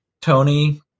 Tony